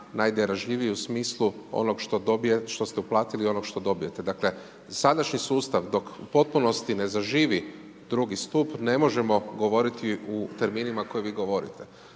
najdarežljiviji u smislu onog što ste uplatili i onog što dobijete. Dakle, sadašnji sustav dok u potpunosti ne zaživi drugi stup, ne možemo govoriti u terminima koje vi govorite.